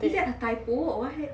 is it a typo or what